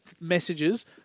messages